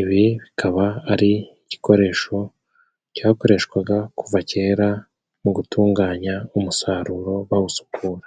Ibi bikaba ari igikoresho cyakoreshwaga kuva kera mu gutunganya umusaruro bawusukura.